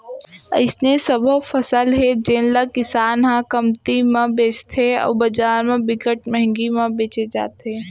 अइसने सबो फसल हे जेन ल किसान ह कमती म बेचथे अउ बजार म बिकट मंहगी म बेचाथे